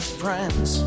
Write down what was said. friends